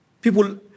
people